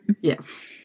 Yes